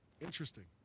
Interesting